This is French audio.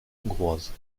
hongroise